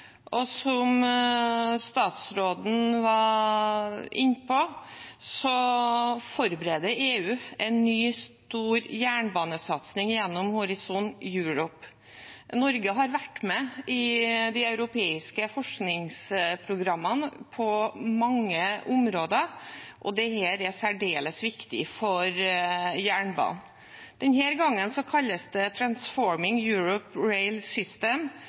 og som statsråden var inne på, forbereder EU en ny stor jernbanesatsing gjennom Horizon Europe. Norge har vært med i de europeiske forskningsprogrammene på mange områder, og dette er særdeles viktig for jernbanen. Denne gangen kalles det Transforming Europe’s Rail System,